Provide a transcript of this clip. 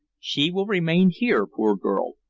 she will remain here, poor girl,